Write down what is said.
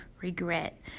regret